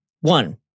One